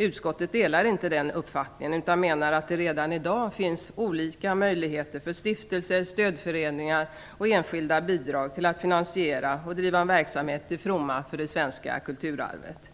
Utskottet delar inte den uppfattningen, utan menar att det redan i dag finns olika möjligheter för stiftelser och stödföreningar och genom enskilda bidrag att finansiera och driva en verksamhet till fromma för det svenska kulturarvet.